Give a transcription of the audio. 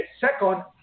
second